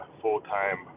full-time